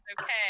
okay